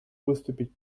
выступить